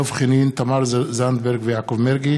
דב חנין, תמר זנדברג ויעקב מרגי